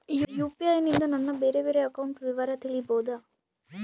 UPI ನಿಂದ ನನ್ನ ಬೇರೆ ಬೇರೆ ಬ್ಯಾಂಕ್ ಅಕೌಂಟ್ ವಿವರ ತಿಳೇಬೋದ?